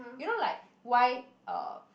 you know like why uh